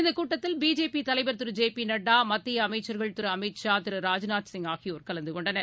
இந்தக் கூட்டத்தில் பிஜேபி தலைவர் திரு ஜே பி நட்டா மத்திய அமைச்சர்களான திரு அமித் ஷா திரு ராஜ்நாத் சிங் ஆகியோர் கலந்துகொண்டனர்